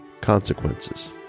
consequences